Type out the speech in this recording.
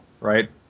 right